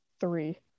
three